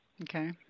Okay